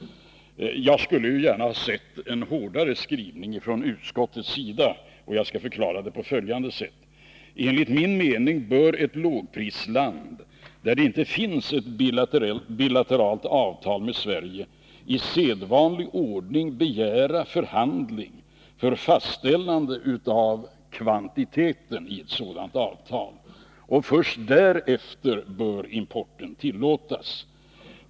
Jag skulle gärna ha sett en hårdare skrivning från utskottets sida, och jag skall förklara det på följande sätt: Enligt min mening bör ett lågprisland, där det inte finns ett bilateralt avtal med Sverige, i sedvanlig ordning begära förhandling för fastställande av kvantiteten ett sådant avtal. Först därefter bör import tillåtas.